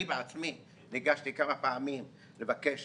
אני בעצמי ניגשתי כמה פעמים לבקש